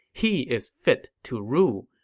he is fit to rule.